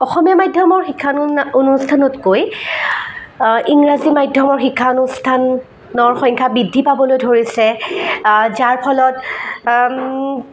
অসমীয়া মাধ্যমৰ শিক্ষানু অনুষ্ঠানতকৈ ইংৰাজী মাধ্যমৰ শিক্ষা অনুষ্ঠানৰ সংখ্যা বৃদ্ধি পাবলৈ ধৰিছে যাৰফলত